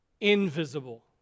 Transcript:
invisible